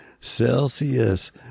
Celsius